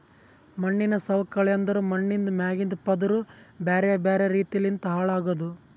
ಮಣ್ಣಿನ ಸವಕಳಿ ಅಂದುರ್ ಮಣ್ಣಿಂದ್ ಮ್ಯಾಗಿಂದ್ ಪದುರ್ ಬ್ಯಾರೆ ಬ್ಯಾರೆ ರೀತಿ ಲಿಂತ್ ಹಾಳ್ ಆಗದ್